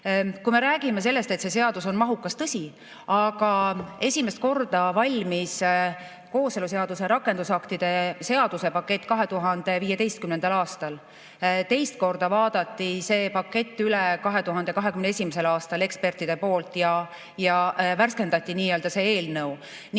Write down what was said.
me räägime sellest, et see seadus on mahukas, siis tõsi. Aga esimest korda valmis kooseluseaduse rakendusaktide seadusepakett 2015. aastal. Teist korda vaadati see pakett üle 2021. aastal ekspertide poolt ja värskendati seda eelnõu.